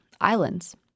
islands